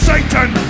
Satan